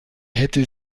hätte